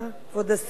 כבוד השרה,